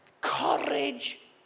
Courage